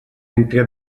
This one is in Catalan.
entre